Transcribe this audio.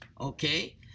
Okay